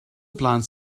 blant